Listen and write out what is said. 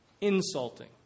Insulting